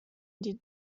die